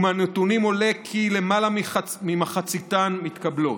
ומהנתונים עולה כי למעלה ממחציתן מתקבלות.